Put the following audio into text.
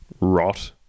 rot